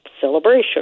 celebration